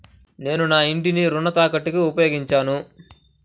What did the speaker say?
నేను నా ఇంటిని రుణ తాకట్టుకి ఉపయోగించాను